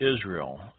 Israel